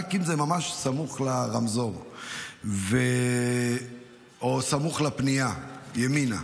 רק אם זה ממש סמוך לרמזור או סמוך לפנייה ימינה.